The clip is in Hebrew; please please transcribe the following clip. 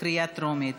בקריאה טרומית.